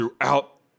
throughout